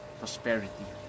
prosperity